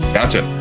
Gotcha